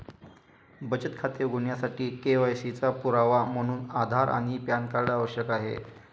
बचत खाते उघडण्यासाठी के.वाय.सी चा पुरावा म्हणून आधार आणि पॅन कार्ड आवश्यक आहे